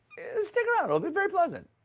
stick around, it will be very pleasant.